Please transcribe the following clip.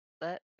let